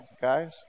guys